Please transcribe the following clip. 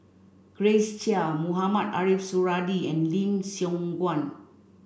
Grace Chia Mohamed Ariff Suradi and Lim Siong Guan